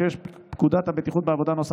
6. פקודת הבטיחות בעבודה ,